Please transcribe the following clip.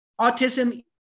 autism